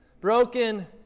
broken